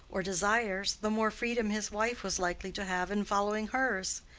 or desires, the more freedom his wife was likely to have in following hers.